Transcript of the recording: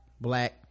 Black